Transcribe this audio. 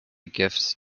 gift